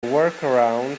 workaround